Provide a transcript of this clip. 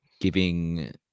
giving